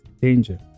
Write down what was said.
danger